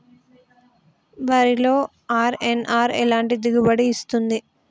వరిలో అర్.ఎన్.ఆర్ ఎలాంటి దిగుబడి ఇస్తుంది?